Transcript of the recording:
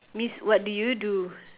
means what do you do